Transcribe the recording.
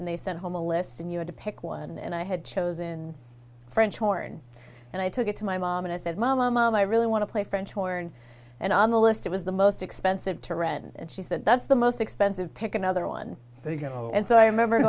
and they sent home a list and you had to pick one and i had chosen french horn and i took it to my mom and i said mama mom i really want to play french horn and on the list it was the most expensive to read and she said that's the most expensive pick another one you know and so i remember